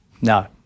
No